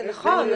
זה נכון,